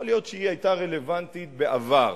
יכול להיות שהיא היתה רלוונטית בעבר.